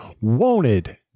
Wanted